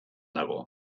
dago